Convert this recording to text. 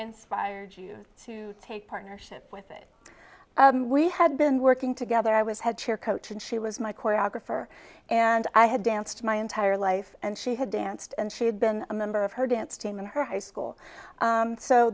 inspired you to take partnership with it we had been working together i was head chair coach and she was my choreographer and i had danced my entire life and she had danced and she had been a member of her dance team in her high school